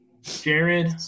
Jared